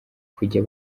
kujya